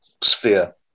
sphere